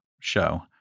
show